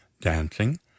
dancing